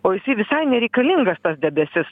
o jisai visai nereikalingas tas debesis